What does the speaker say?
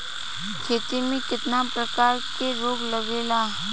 खेती में कितना प्रकार के रोग लगेला?